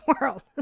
world